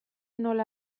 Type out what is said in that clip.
nola